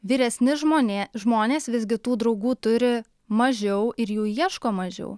vyresni žmonė žmonės visgi tų draugų turi mažiau ir jų ieško mažiau